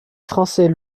français